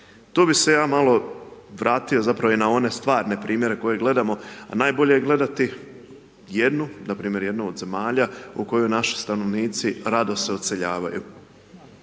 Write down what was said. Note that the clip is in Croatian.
Tu bi se ja malo vratio zapravo i na ove stvarne primjere koje gledamo a najbolje je gledati jednu, npr. jednu od zemalja u koju naši stanovnici rado se odseljavaju.